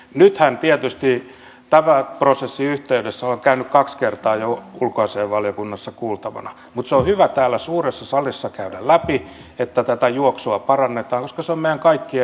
nythän tietysti tämän prosessin yhteydessä olen käynyt kaksi kertaa jo ulkoasiainvaliokunnassa kuultavana mutta se on hyvä täällä suuressa salissa käydä läpi että tätä juoksua parannetaan koska se on meidän kaikkien etu